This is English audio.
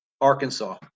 Arkansas